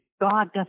God